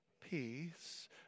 peace